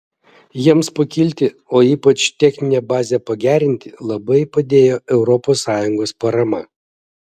jiems pakilti o ypač techninę bazę pagerinti labai padėjo europos sąjungos parama